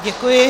Děkuji.